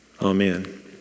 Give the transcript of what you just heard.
amen